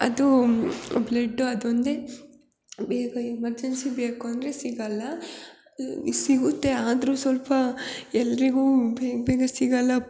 ಅದೂ ಬ್ಲಡ್ಡು ಅದೊಂದೇ ಬೇಗ ಎಮರ್ಜನ್ಸಿ ಬೇಕು ಅಂದರೆ ಸಿಗಲ್ಲ ಸಿಗುತ್ತೆ ಆದರೂ ಸ್ವಲ್ಪ ಎಲ್ಲರಿಗೂ ಬೇಗ ಬೇಗ ಸಿಗಲ್ಲ